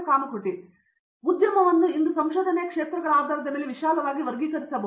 ಕಾಮಕೋಟಿ ಆದ್ದರಿಂದ ಉದ್ಯಮವನ್ನು ಇಂದು ಸಂಶೋಧನೆಯ ಕ್ಷೇತ್ರಗಳ ಆಧಾರದ ಮೇಲೆ ವಿಶಾಲವಾಗಿ ವರ್ಗೀಕರಿಸಬಹುದು